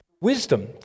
Wisdom